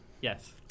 yes